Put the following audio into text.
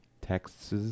texts